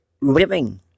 Living